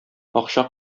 акча